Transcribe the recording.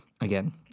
again